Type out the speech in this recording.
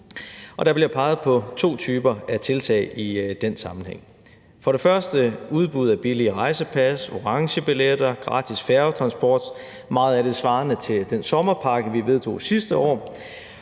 er blevet peget på to typer tiltag i den sammenhæng. For det første foreslås der, at der tilbydes et udbud af billige rejsepas, orangebilletter og gratis færgetransport – meget af det svarende til den sommerpakke, vi vedtog sidste år